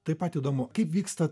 taip pat įdomu kaip vyksta